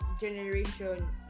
generation